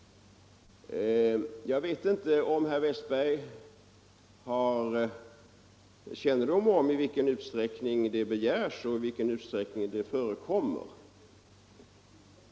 Jag vet inte om herr Westberg känner till i vilken utsträckning det begärs och i vilken utsträckning det förekommer.